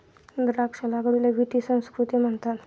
द्राक्ष लागवडीला विटी संस्कृती म्हणतात